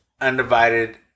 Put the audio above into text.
undivided